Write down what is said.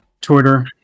Twitter